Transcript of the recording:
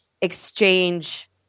exchange